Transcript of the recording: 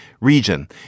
region